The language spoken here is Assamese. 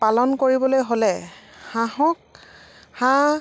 পালন কৰিবলৈ হ'লে হাঁহক হাঁহ